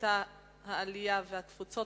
הקליטה והתפוצות,